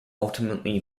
ultimately